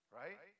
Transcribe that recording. right